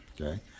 okay